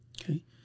Okay